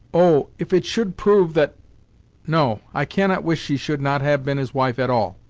oh! if it should prove that no i cannot wish she should not have been his wife at all.